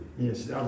Yes